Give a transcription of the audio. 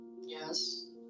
Yes